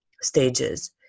stages